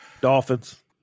Dolphins